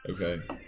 Okay